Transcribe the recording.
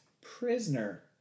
prisoner